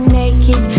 naked